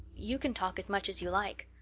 you can talk as much as you like.